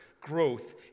growth